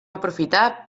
aprofitar